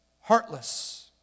heartless